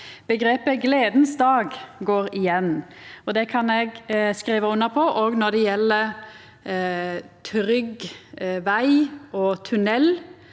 omgrepet «gledens dag» går igjen. Det kan eg skriva under på òg når det gjeld trygg veg og tunnel